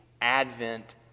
Advent